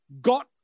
got